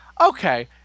Okay